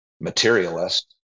materialist